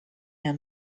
d’un